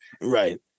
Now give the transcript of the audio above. Right